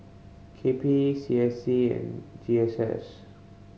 K P E C S C and G S S